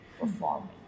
performing